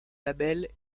label